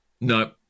No